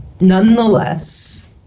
Nonetheless